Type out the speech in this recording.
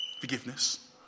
Forgiveness